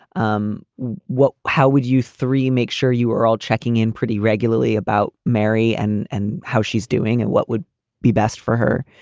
um what how would you three make sure you are all checking in pretty regularly about mary and and how she's doing and what would be best for her?